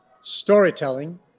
Storytelling